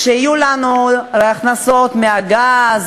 כשיהיו לנו הכנסות מהגז,